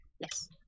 yes